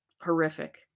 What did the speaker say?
horrific